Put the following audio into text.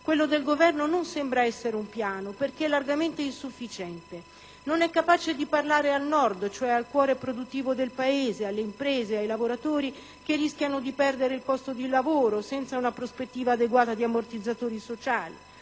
quello del Governo non sembra essere un piano perché largamente insufficiente. Non è capace di parlare al Nord, al cuore produttivo del Paese, alle imprese, ai lavoratori che rischiano di perdere il posto di lavoro senza una prospettiva adeguata di ammortizzatori sociali.